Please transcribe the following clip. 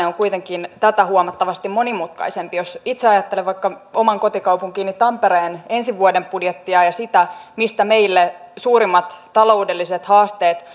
on kuitenkin tätä huomattavasti monimutkaisempi jos itse ajattelen vaikka oman kotikaupunkini tampereen ensi vuoden budjettia ja sitä mistä meille suurimmat taloudelliset haasteet